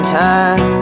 time